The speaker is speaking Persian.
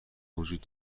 وجود